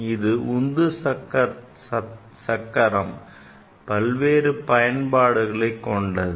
இந்த உந்து சக்கரம் பல்வேறு பயன்பாடுகளைக் கொண்டுள்ளது